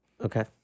okay